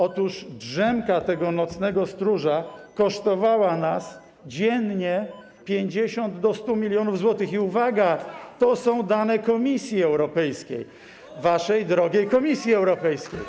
Otóż drzemka tego nocnego stróża kosztowała nas dziennie od 50 do 100 mln zł i - uwaga - to są dane Komisji Europejskiej, waszej drogiej Komisji Europejskiej.